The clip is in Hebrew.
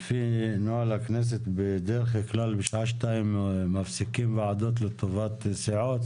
לפי נוהל הכנסת בדרך כלל בשעה שתיים מפסיקים ועדות לטובת סיעות.